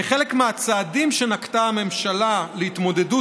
כחלק מהצעדים שנקטה הממשלה להתמודדות